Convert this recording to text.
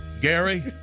Gary